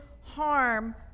harm